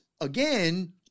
again